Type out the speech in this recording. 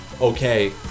okay